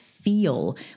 feel